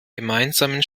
gemeinsamen